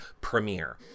premiere